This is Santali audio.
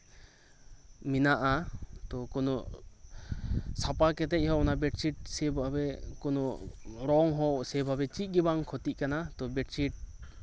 ᱢᱚᱱᱟᱜᱼᱟ ᱛᱚ ᱠᱳᱱᱳ ᱥᱟᱯᱷᱟ ᱠᱟᱛᱮ ᱨᱮᱦᱚᱸ ᱚᱱᱟ ᱵᱮᱰᱥᱤᱴ ᱥᱮᱵᱷᱟᱵᱮ ᱠᱳᱱᱳ ᱨᱚᱝ ᱦᱚᱸ ᱥᱮᱵᱷᱟᱵᱮ ᱪᱮᱫ ᱜᱮ ᱵᱟᱝ ᱠᱷᱚᱛᱤᱜ ᱠᱟᱱᱟ ᱛᱚ ᱵᱮᱰᱪᱷᱤᱴ